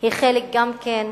היא חלק, גם כן,